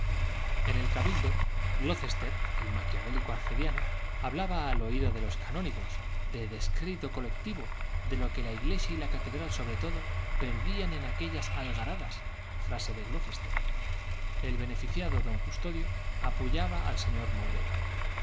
en el cabildo glocester el maquiavélico arcediano hablaba al oído de los canónigos de descrédito colectivo de lo que la iglesia y la catedral sobre todo perdían con aquellas algaradas frase de glocester el beneficiado don custodio apoyaba al señor mourelo